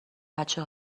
بچه